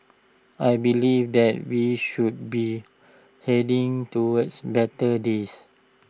I believe that we should be heading towards better days